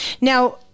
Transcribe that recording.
Now